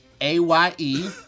A-Y-E